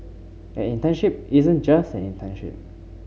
an internship isn't just an internship